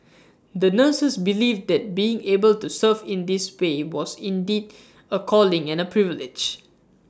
the nurses believed that being able to serve in this way was indeed A calling and A privilege